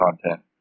content